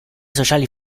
sociali